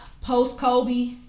post-Kobe